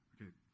Okay